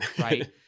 right